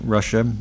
Russia